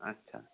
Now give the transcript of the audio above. আচ্ছা